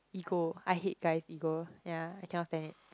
ego I hate guys ego ya I cannot stand it